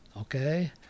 Okay